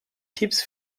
tipps